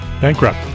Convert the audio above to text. Bankrupt